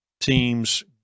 teams